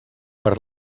per